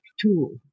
tool